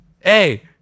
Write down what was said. hey